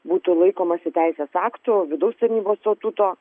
būtų laikomasi teisės aktų vidaus tarnybos statuto